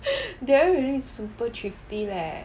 darryl really super thrifty leh